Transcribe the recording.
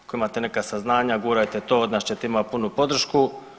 Ako imate neka saznanja gurajte to da ćete imati punu podršku.